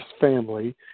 family